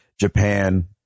Japan